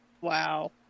Wow